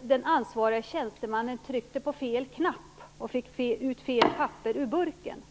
Den ansvarige tjänstemannen tryckte på fel knapp och fick ut fel papper ur burken.